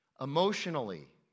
Emotionally